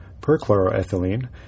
perchloroethylene